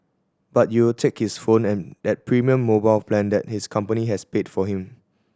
but you'll take his phone and that premium mobile plan that his company has paid for him